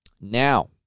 Now